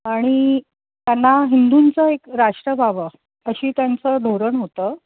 आणि त्यांना हिंदूंचं एक राष्ट्र व्हावं अशी त्यांचं धोरण होतं